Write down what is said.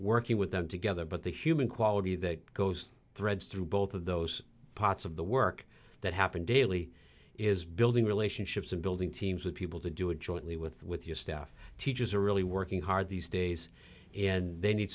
working with them together but the human quality that goes threads through both of those parts of the work that happen daily is building relationships and building teams with people to do it jointly with with your staff teachers are really working hard these days and they need